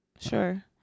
Sure